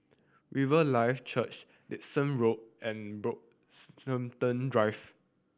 Riverlife Church Dickson Road and Brockhampton Drive